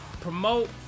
promote